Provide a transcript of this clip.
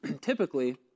typically